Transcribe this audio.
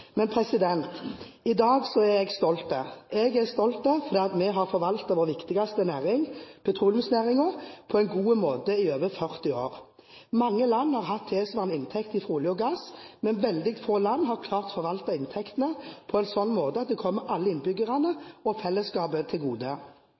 I dag er jeg stolt. Jeg er stolt fordi vi har forvaltet vår viktigste næring, petroleumsnæringen, på en god måte i over 40 år. Mange land har hatt tilsvarende inntekter fra olje og gass, men veldig få land har klart å forvalte inntektene på en slik måte at det kommer alle innbyggerne